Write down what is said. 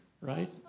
right